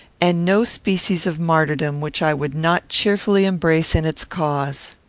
and no species of martyrdom which i would not cheerfully embrace in its cause.